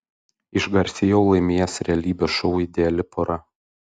išgarsėjau laimėjęs realybės šou ideali pora